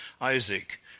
Isaac